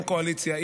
עם קואליציה,